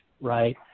right